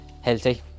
healthy